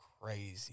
crazy